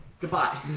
goodbye